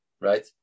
right